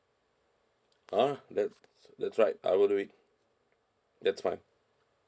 ah that's that's right I will do it that's fine